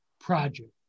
project